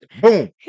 Boom